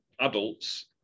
adults